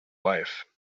wife